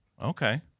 okay